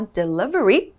delivery